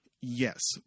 Yes